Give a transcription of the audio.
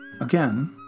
Again